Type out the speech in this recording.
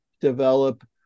develop